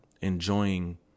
enjoying